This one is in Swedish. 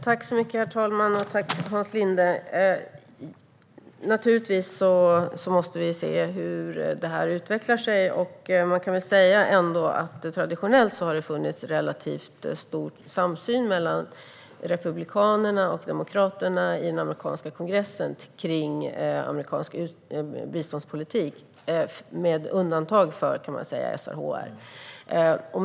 Herr talman! Tack, Hans Linde! Vi måste naturligtvis se hur det utvecklar sig. Man kan ändå säga att det traditionellt har funnits relativt stor samsyn mellan Republikanerna och Demokraterna i den amerikanska kongressen om amerikansk biståndspolitik, med undantag för SRHR.